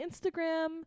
Instagram